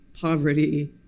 poverty